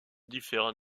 différents